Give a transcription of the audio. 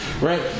right